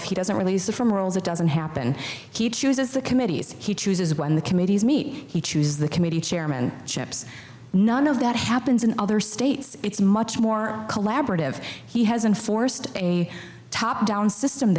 if he doesn't release the from rolls it doesn't happen he chooses the committees he chooses when the committees meet he chooses the committee chairman ships none of that happens in other states it's much more collaborative he has and forced a top down system